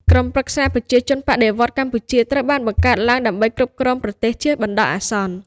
ក្រុមប្រឹក្សាប្រជាជនបដិវត្តន៍កម្ពុជា ត្រូវបានបង្កើតឡើងដើម្បីគ្រប់គ្រងប្រទេសជាបណ្ដោះអាសន្ន។